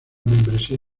membresía